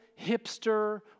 hipster